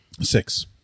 Six